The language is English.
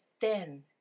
thin